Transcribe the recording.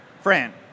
Fran